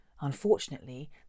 Unfortunately